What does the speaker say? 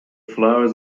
flowers